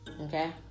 Okay